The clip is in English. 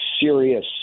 serious